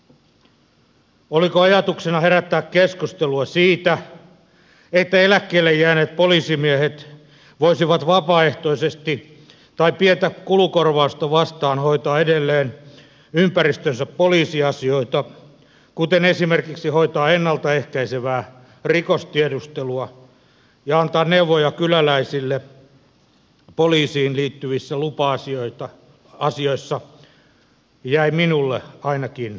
se oliko ajatuksena herättää keskustelua siitä että eläkkeelle jääneet poliisimiehet voisivat vapaaehtoisesti tai pientä kulukorvausta vastaan hoitaa edelleen ympäristönsä poliisiasioita kuten esimerkiksi hoitaa ennalta ehkäisevää rikostiedustelua ja antaa neuvoja kyläläisille poliisiin liittyvissä lupa asioissa jäi minulle ainakin avoimeksi